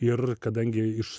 ir kadangi iš